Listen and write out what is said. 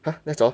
!huh! that's all